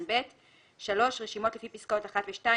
(ב); (3)רשימות לפי פסקאות (1) ו-(2),